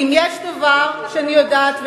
כי אם יש דבר שאני יודעת,